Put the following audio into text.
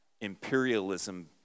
imperialism